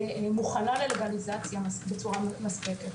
מוכנה ללגליזציה בצורה מספקת.